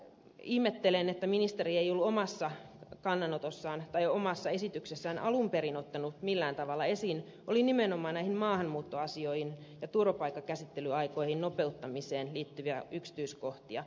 ihmettelen että ministeri ei ollut omassa esityksessään alun perin ottanut millään tavalla esiin nimenomaan näiden maahanmuuttoasioiden ja turvapaikkakäsittelyaikojen nopeuttamiseen liittyviä yksityiskohtia